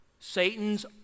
Satan's